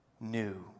new